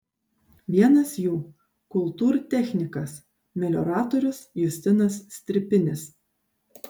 vienas jų kultūrtechnikas melioratorius justinas stripinis